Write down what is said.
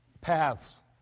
Paths